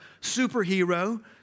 superhero